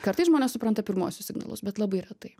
kartais žmonės supranta pirmuosius signalus bet labai retai